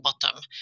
bottom